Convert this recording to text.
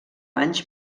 anys